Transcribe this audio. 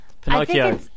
Pinocchio